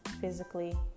physically